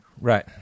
Right